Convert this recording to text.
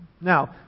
Now